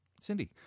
Cindy